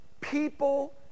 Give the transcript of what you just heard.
people